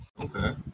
Okay